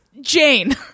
Jane